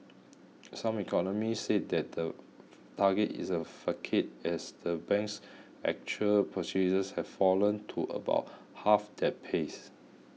some economists said the target is a facade as the bank's actual purchases have fallen to about half that pace